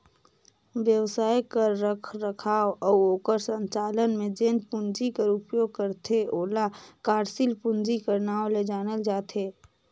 बेवसाय कर रखरखाव अउ ओकर संचालन में जेन पूंजी कर उपयोग करथे ओला कारसील पूंजी कर नांव ले जानल जाथे